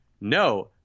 No